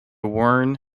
worn